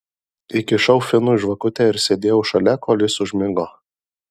įkišau finui žvakutę ir sėdėjau šalia kol jis užmigo